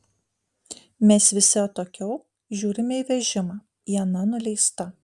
mes visi atokiau žiūrime į vežimą iena nuleista